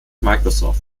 microsoft